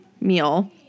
meal